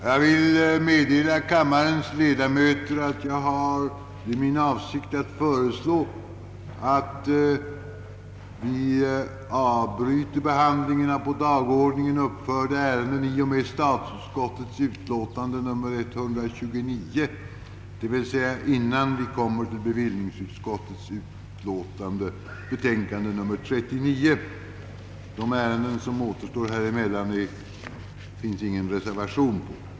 Jag vill meddela kammarens ledamöter att jag har för avsikt att föreslå att vi avbryter behandlingen av på dagordningen uppförda ärenden i och med statsutskottets utlåtande nr 129, d.v.s. innan vi kommer till bevillningsutskottets betänkande nr 39. På de ärenden som alltså återstår för i dag förekommer inga reservationer.